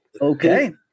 Okay